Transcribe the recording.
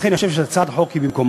לכן אני חושב שהצעת החוק היא במקומה.